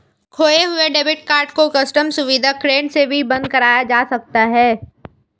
खोये हुए debit card को कस्टम सुविधा केंद्र से भी बंद कराया जा सकता है